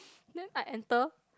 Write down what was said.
then I enter